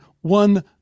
one